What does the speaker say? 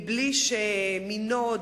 בלי שמינו,